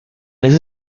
este